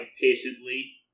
patiently